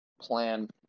plan